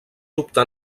dubtar